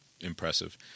impressive